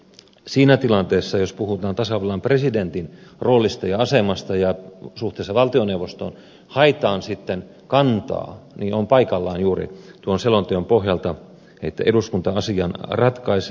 siinä tilanteessa jos puhutaan tasavallan presidentin roolista ja asemasta suhteessa valtioneuvostoon ja haetaan kantaa on paikallaan juuri tuon selonteon pohjalta että eduskunta asian ratkaisee